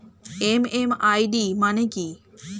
MMID মানে কি?